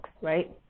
right